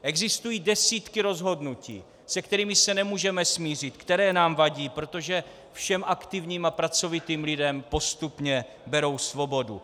Existují desítky rozhodnutí, se kterými se nemůžeme smířit, které nám vadí, protože všem aktivním a pracovitým lidem postupně berou svobodu.